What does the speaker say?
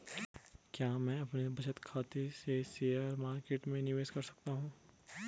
क्या मैं अपने बचत खाते से शेयर मार्केट में निवेश कर सकता हूँ?